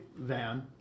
van